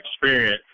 experience